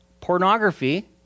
pornography